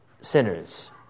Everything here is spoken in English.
sinners